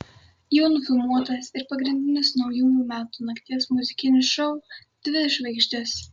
jau nufilmuotas ir pagrindinis naujųjų metų nakties muzikinis šou dvi žvaigždės